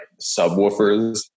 subwoofers